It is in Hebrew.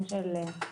הזאת.